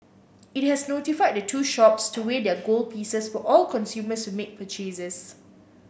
it has notified the two shops to weigh their gold pieces for all consumers who make purchases